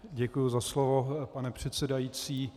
Děkuji za slovo, pane předsedající.